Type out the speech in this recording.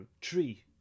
tree